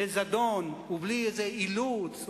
בזדון ובלי איזה אילוץ,